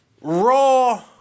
raw